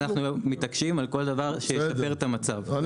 אנחנו מתעקשים על כל דבר שישפר את המצב.